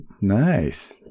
Nice